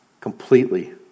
completely